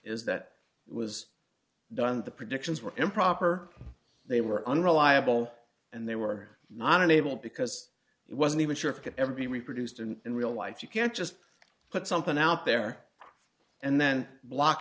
is that it was done the predictions were improper they were unreliable and they were not enabled because it wasn't even sure of could ever be reproduced and in real life you can't just put something out there and then block